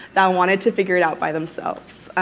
that wanted to figure it out by themselves.